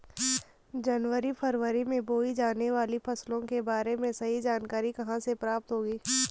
जनवरी फरवरी में बोई जाने वाली फसलों के बारे में सही जानकारी कहाँ से प्राप्त होगी?